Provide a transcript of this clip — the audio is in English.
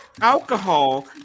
alcohol